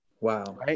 Wow